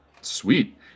Sweet